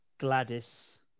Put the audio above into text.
Gladys